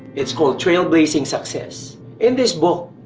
it's called trailblazing success in this book,